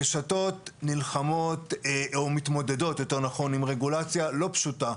הרשתות מתמודדות עם רגולציה לא פשוטה,